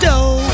Dope